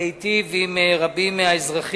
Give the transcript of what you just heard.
להטיב עם אזרחים